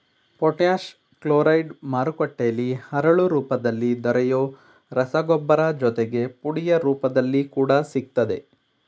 potash chloride ಮಾರುಕಟ್ಟೆಲಿ ಹರಳು ರೂಪದಲ್ಲಿ ದೊರೆಯೊ ರಸಗೊಬ್ಬರ ಜೊತೆಗೆ ಪುಡಿಯ ರೂಪದಲ್ಲಿ ಕೂಡ ಸಿಗ್ತದೆ